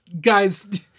guys